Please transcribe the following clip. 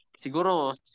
siguro